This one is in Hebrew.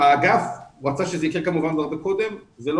האגף רוצה שזה יקרה הרבה קודם אבל זה לא